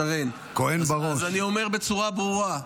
שרן, אני אומר בצורה ברורה: